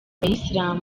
bayisilamu